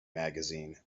magazine